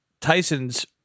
Tyson's